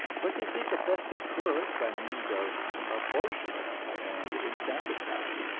but they did the best they could by means of abortion and infanticide.